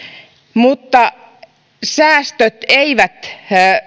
mutta säästöt eivät